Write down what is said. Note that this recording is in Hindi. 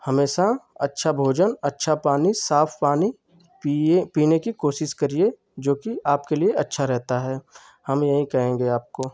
हमेशा अच्छा भोजन अच्छा पानी साफ पानी पिए पीने की कोशिश करिए जो कि आपके लिए अच्छा रहता है हम यही कहेंगे आपको